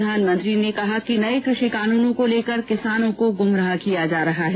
प्रधानमंत्री ने कहा कि नये कृषि कानूनों को लेकर किसानों को गुमराह किया जा रहा है